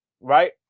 Right